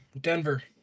Denver